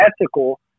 ethical